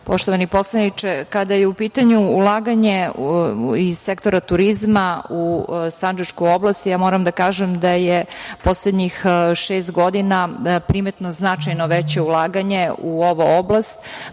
poštovani poslaniče, kada je u pitanju ulaganje iz sektora turizma u sandžačku oblast, ja moram da kažem da je poslednjih šest godina primetno značajno veće ulaganje u ovu oblast